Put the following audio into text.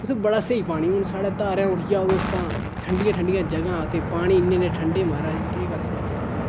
उत्थै बड़ा स्हेई पानी हून साढ़ै धारें उठी जाओ तुस तां ठंडियां ठंडियां जगहं ते पानी इन्ने इन्ने ठंडे माराज केह् गल्ल सनाचै तुसें गी